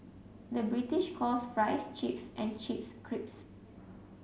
the British calls fries chips and chips crisps